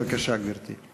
בבקשה, גברתי.